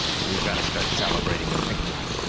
we've got to start celebrating a victory!